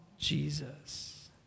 Jesus